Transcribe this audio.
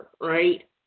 Right